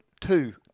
two